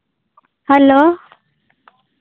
hello